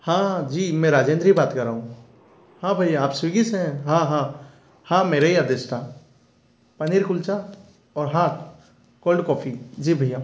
हाँ जी मैं राजेंद्र ही बात कर रहा हूँ हाँ भैया आप स्विगी से हैं हाँ हाँ हाँ मेरा ही आदेश था पनीर कुलचा और हाँ कोल्ड कोफी जी भैया